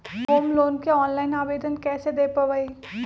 Home loan के online आवेदन कैसे दें पवई?